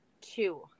two